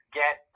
get